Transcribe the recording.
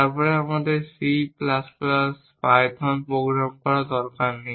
তারপরে আমাদের C plus plus Python program করার দরকার নেই